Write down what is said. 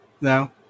No